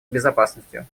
безопасностью